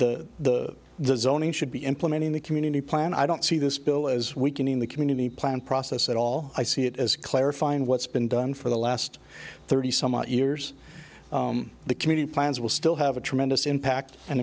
zoning should be implementing the community plan i don't see this bill as weakening the community plan process at all i see it as clarifying what's been done for the last thirty some years the community plans will still have a tremendous impact an